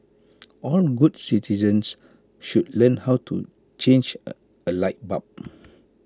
all good citizens should learn how to change A light bulb